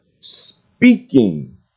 speaking